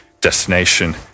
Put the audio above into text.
destination